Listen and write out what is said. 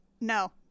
no